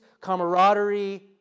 camaraderie